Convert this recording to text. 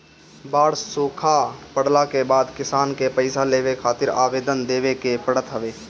बाढ़ सुखा पड़ला के बाद किसान के पईसा लेवे खातिर आवेदन देवे के पड़त हवे